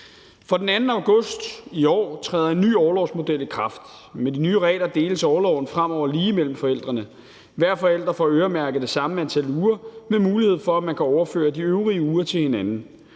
Fra den 2. august i år træder en ny orlovsmodel i kraft. Med de nye regler deles orloven fremover lige mellem forældrene. Hver forælder får øremærket det samme antal uger med mulighed for, at man kan overføre de øvrige uger til hinanden.